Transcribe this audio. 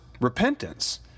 repentance